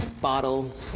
bottle